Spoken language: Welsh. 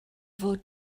fod